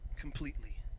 completely